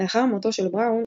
לאחר מותו של בראון,